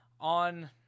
on